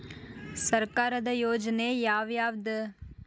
ಸರ್ಕಾರದ ಯೋಜನೆ ಯಾವ್ ಯಾವ್ದ್?